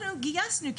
אנחנו גייסנו,